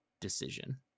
decision